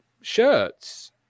shirts